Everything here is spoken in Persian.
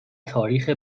تاریخ